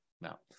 now